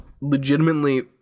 legitimately